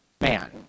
man